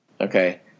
Okay